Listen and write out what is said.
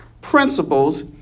principles